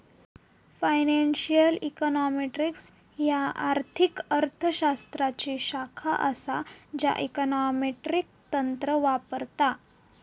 financial econometrics ह्या आर्थिक अर्थ शास्त्राची शाखा असा ज्या इकॉनॉमेट्रिक तंत्र वापरता